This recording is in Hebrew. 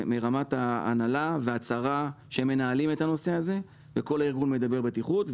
מרמת ההנהלה והצהרה שהם מנהלים את הנושא הזה וכל הארגון מדבר בטיחות.